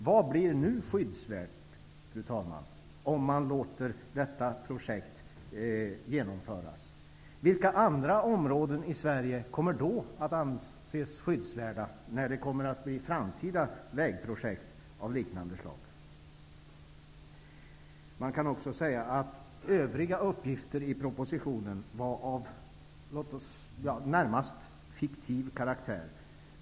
Vad blir nu skyddsvärt, fru talman, om man låter detta projekt genomföras? Vilka andra områden i Sverige kommer då att anses skyddsvärda vid framtida vägprojekt av liknande slag? Övriga uppgifter i propositionen var av närmast fiktiv karaktär.